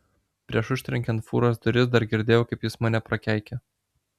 prieš užtrenkiant fūros duris dar girdėjau kaip jis mane prakeikia